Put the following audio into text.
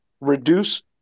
reduce